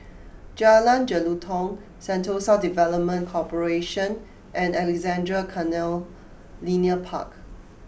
Jalan Jelutong Sentosa Development Corporation and Alexandra Canal Linear Park